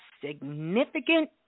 significant